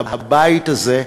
הבית הזה,